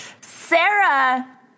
Sarah